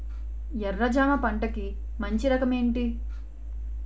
ఎర్ర జమ పంట కి మంచి రకం ఏంటి?